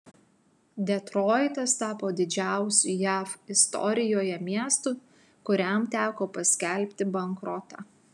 detroitas tapo didžiausiu jav istorijoje miestu kuriam teko paskelbti bankrotą